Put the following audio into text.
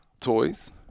toys